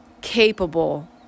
capable